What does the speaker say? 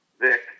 Vic